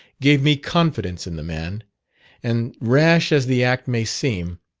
gave me confidence in the man and rash as the act may seem,